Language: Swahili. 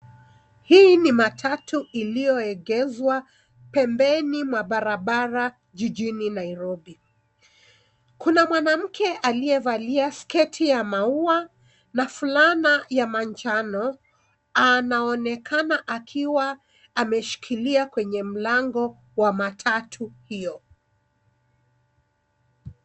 Hii ni matatu iliyoegeshwa pembeni mwa barabara jijini Nairobi. Kuna mwanamke aliyevalia sketi ya maua na fulana ya manjano .Anaonekana akiwa ameshilia kwenye mlango wa matatu hiyo.